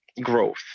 growth